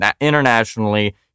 internationally